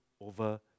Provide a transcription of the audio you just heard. over